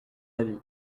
avis